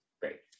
great